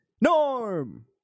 Norm